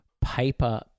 Paper